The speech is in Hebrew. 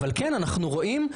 אבל כן, אנחנו רואים,